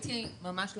הייתי ממש לא